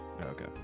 Okay